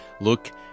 look